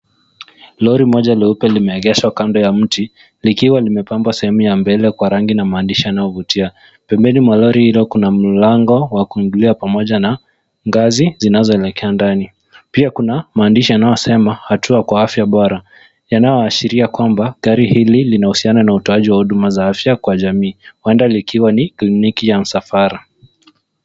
Lori moja jeupe limeegeshwa kando ya mti, likiwa limepambwa sehemu ya mbele na maandishi yanayovutia. pembeni mwa lori hilo kuna mlango wa kuingilia, pamoja na ngazi zinazoeleka ndani, pia kuna maandishi yanayosema hatua kwa afya bora. inaashiria kwamba gari hili linatoa huduma za afya kwa jamii, huenda ikiwa ni kliniki ya msafara.